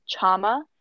Chama